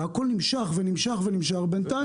והכול נמשך ונמשך בינתיים.